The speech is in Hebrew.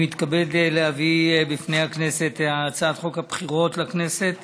אני מתכבד להביא בפני הכנסת הצעת חוק הבחירות לכנסת